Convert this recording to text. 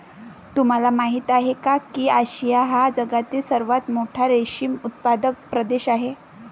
तुम्हाला माहिती आहे का की आशिया हा जगातील सर्वात मोठा रेशीम उत्पादक प्रदेश आहे